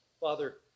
Father